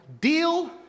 deal